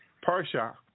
Persia